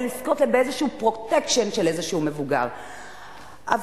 לזכות באיזה "פרוטקשן" של מבוגר כלשהו.